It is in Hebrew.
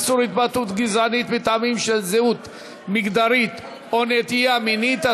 איסור התבטאות גזענית מטעמים של זהות מגדרית או נטייה מינית),